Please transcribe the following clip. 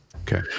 Okay